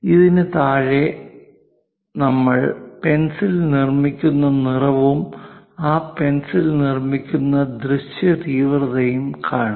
അതിനു താഴെ ഞങ്ങൾ പെൻസിൽ നിർമ്മിക്കുന്ന നിറവും ആ പെൻസിൽ നിർമ്മിക്കുന്ന ദൃശ്യതീവ്രതയും കാണാം